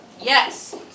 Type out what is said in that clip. yes